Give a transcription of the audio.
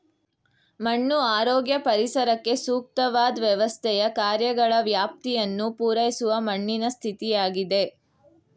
ಮಣ್ಣು ಆರೋಗ್ಯ ಪರಿಸರಕ್ಕೆ ಸೂಕ್ತವಾದ್ ವ್ಯವಸ್ಥೆಯ ಕಾರ್ಯಗಳ ವ್ಯಾಪ್ತಿಯನ್ನು ಪೂರೈಸುವ ಮಣ್ಣಿನ ಸ್ಥಿತಿಯಾಗಿದೆ